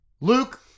luke